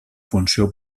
funció